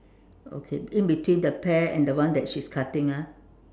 okay in between the pear and the one that she's cutting ah